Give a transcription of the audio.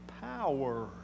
power